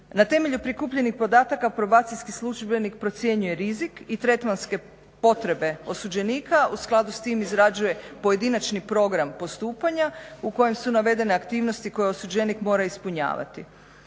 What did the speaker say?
Na temelju prikupljenih podataka probacijski službenik procjenjuje rizik i tretmanske potrebe osuđenika, u skladu s tim izrađuje pojedinačni program postupanja u kojem su navedene aktivnosti koje osuđenik mora ispunjavati.